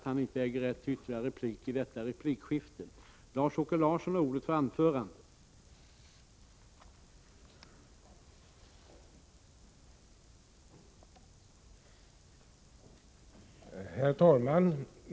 Herr talman!